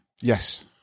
yes